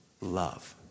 love